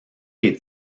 des